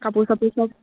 কাপোৰ চাপোৰ চব